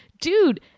dude